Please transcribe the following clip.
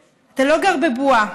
אתה גר בחיפה, אתה לא גר בבועה.